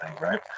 right